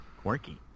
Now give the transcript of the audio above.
Quirky